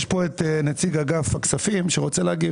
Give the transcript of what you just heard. יש פה את נציג אגף הכספים שרוצה להגיב.